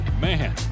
man